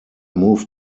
moved